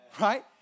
right